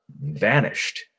vanished